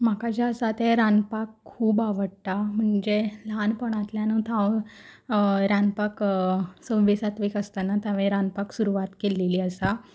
म्हाका जें आसा तें रांदपाक खूब आवडटा म्हणजे ल्हानपणांतल्यानूत हांव रांदपाक सवे सातवेक आसतनात हांवें रांदपाक सुरवात केल्लेली आसा